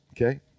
okay